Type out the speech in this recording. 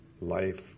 life